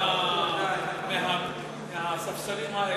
מהספסלים האלה.